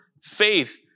faith